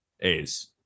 A's